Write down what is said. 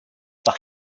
par